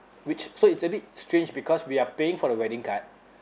which so it's a bit strange because we are paying for the wedding card